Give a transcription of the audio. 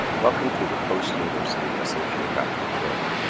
welcome to the post university associate faculty training.